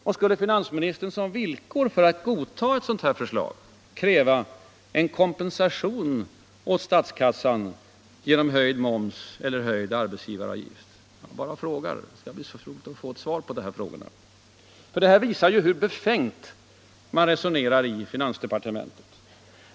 Och skulle finansministern som villkor för att godta förslaget kräva en kompensation åt statskassan genom höjd moms eller höjd arbetsgivaravgift? Jag bara frågar. Det skall bli intressant att få höra svaren på frågorna. Detta visar hur befängt man resonerar i finansdepartementet.